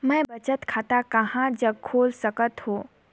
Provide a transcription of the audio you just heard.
मैं बचत खाता कहां जग खोल सकत हों?